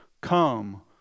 come